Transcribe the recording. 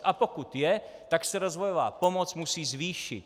A pokud je, tak se rozvojová pomoc musí zvýšit.